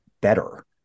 better